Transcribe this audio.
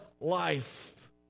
life